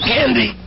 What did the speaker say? Candy